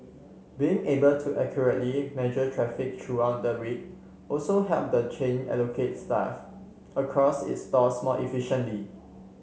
being able to accurately measure traffic throughout the week also helped the chain allocate staff across its stores more efficiently